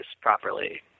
properly